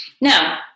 Now